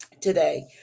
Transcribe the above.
today